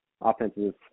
offensive